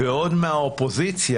ועוד מהאופוזיציה.